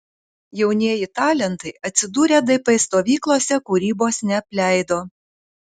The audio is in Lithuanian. jaunieji talentai atsidūrę dp stovyklose kūrybos neapleido